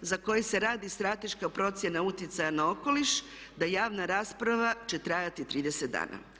za koje se radi strateška procjena utjecaja na okoliš da javna rasprava će trajati 30 dana.